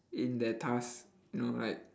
in their tasks you know like